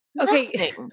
okay